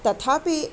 तथापि